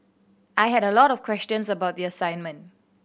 I had a lot of questions about the assignment